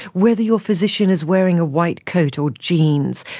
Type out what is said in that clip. whether your physician is wearing a white coat or genes,